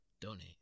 Donate